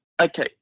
okay